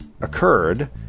occurred